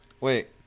Wait